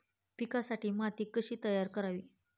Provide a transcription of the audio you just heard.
पिकांसाठी माती कशी तयार करावी?